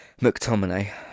McTominay